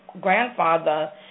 grandfather